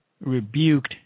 rebuked